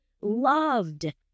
loved